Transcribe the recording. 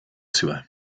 ciudad